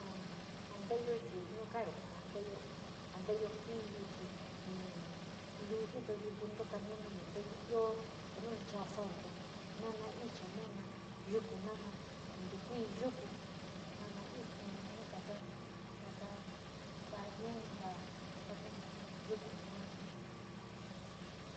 jaa nteeyo chi jaa karo ja nteeyo, ja nteeyo kuiiyo chi ni luu jito nu ntukanio nuuyo nteeyo te nu ni chaa saute nana icha, nana yuku, nana ni ktukui yuku, nan it, nani taka, taka nta´a yunu, ta´a taka nu yuku nana.